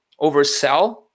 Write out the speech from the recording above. oversell